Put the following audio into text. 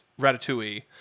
Ratatouille